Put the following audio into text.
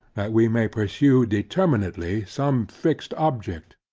we may pursue determinately some fixed object.